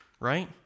right